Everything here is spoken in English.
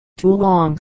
Toolong